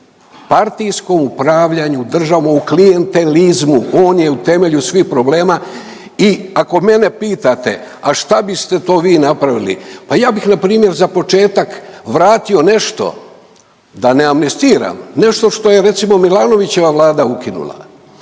u partijskom upravljanju državom, u klijentelizmu, on je u temelju svih problema i ako mene pitate, a šta biste to vi napravili, pa ja bih npr. za početak vratio nešto, da ne amnestiram, nešto što je recimo Milanovićeva Vlada ukinula,